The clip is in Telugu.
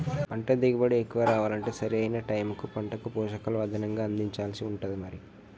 పంట దిగుబడి ఎక్కువ రావాలంటే సరి అయిన టైముకు పంటకు పోషకాలు అదనంగా అందించాల్సి ఉంటది మరి